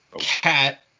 cat